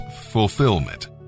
fulfillment